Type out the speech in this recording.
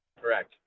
Correct